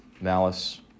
malice